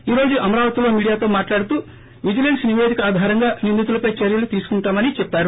ఈరోజు అమరావతిలో మీడియాతో మాట్లాడుతూ విజిలెన్స్ నిపేదిక ఆధారంగా నిందితులపై చర్యలు తీసుకుంటామని చెప్పారు